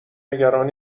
نگران